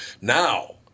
Now